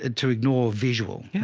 ah to ignore visual. yeah